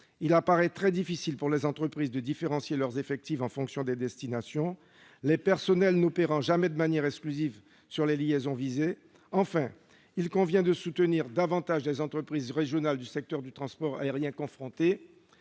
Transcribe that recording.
il apparaît très difficile pour les entreprises de différencier leurs effectifs en fonction des destinations, les personnels n'opérant jamais de manière exclusive sur les liaisons visées. Il convient, en outre, de soutenir davantage les entreprises régionales du secteur du transport aérien confrontées